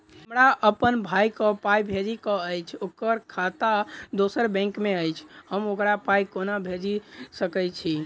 हमरा अप्पन भाई कऽ पाई भेजि कऽ अछि, ओकर खाता दोसर बैंक मे अछि, हम ओकरा पाई कोना भेजि सकय छी?